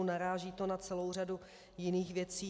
Naráží to na celou řadu jiných věcí.